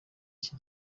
iki